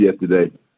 yesterday